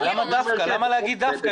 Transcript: למה להגיד דווקא?